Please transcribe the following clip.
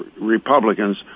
Republicans